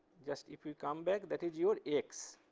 just if you come back, that is your x,